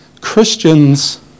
Christians